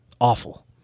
awful